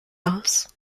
aus